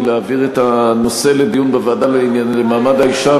להעביר את הנושא לדיון בוועדה למעמד האישה,